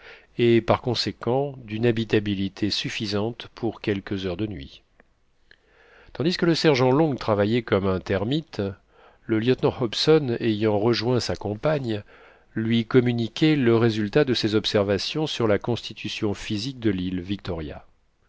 et par conséquent d'une habitabilité suffisante pour quelques heures de nuit tandis que le sergent long travaillait comme un termite le lieutenant hobson ayant rejoint sa compagne lui communiquait le résultat de ses observations sur la constitution physique de l'île victoria